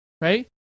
right